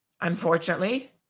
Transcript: unfortunately